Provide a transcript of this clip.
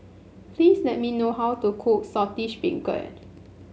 please let me how to cook Saltish Beancurd